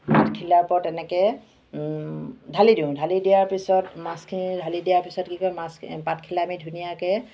পাতখিলা ওপৰত এনেকৈ ঢালি দিওঁ ঢালি দিয়াৰ পিছত মাছখিনি ঢালি দিয়া পিছত কি কৰে মাছ পাতখিলা আমি ধুনীয়াকৈ